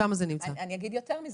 אני אגיד יותר מזה.